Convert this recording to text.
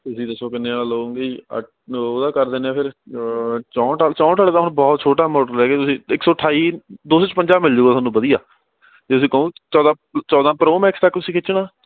ਤੁਸੀਂ ਦੱਸੋ ਕਿੰਨੇ ਵਾਲਾ ਲਉਂਗੇ ਜੀ ਅ ਉਹਦਾ ਕਰ ਦਿੰਦੇ ਫਿਰ ਚੌਂਹਠ ਆਲ ਚੌਂਹਠ ਵਾਲੇ ਤਾਂ ਹੁਣ ਬਹੁਤ ਛੋਟਾ ਮਾਡਲ ਰਹਿ ਗਿਆ ਤੁਸੀਂ ਇੱਕ ਸੌ ਅਠਾਈ ਦੋ ਸੌ ਛਪੰਜਾ ਮਿਲ ਜੂਗਾ ਤੁਹਾਨੂੰ ਵਧੀਆ ਜੇ ਤੁਸੀਂ ਕਹੋ ਚੌਦਾਂ ਚੌਦਾਂ ਪਰੋ ਮੈਕਸ ਤੱਕ ਤੁਸੀਂ ਖਿੱਚਣਾ